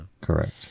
Correct